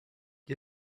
gli